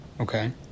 Okay